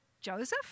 Joseph